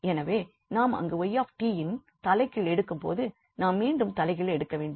எனவே நாம் அங்கு 𝑦𝑡இன் தலைகீழ் எடுக்கும்போது நாம் மீண்டும் தலைகீழ் எடுக்கவேண்டும்